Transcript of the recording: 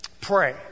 Pray